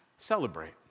celebrate